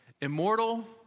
immortal